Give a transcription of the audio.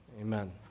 Amen